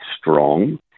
strong